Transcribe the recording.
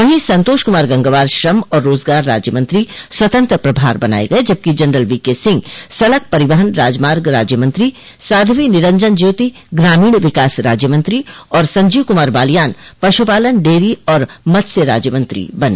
वहीं संतोष कुमार गंगवार श्रम और रोजगार राज्य मंत्री स्वतंत्र प्रभार बनाये गये जबकि जनरल वीके सिंह सड़क परिवहन राजमार्ग राज्य मंत्री साध्वी निरंजन ज्योति ग्रामीण विकास राज्य मंत्री और संजीव कुमार बालियान पशुपालन डेयरी और मत्स्य राज्य मंत्री बने